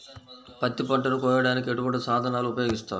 పత్తి పంటను కోయటానికి ఎటువంటి సాధనలు ఉపయోగిస్తారు?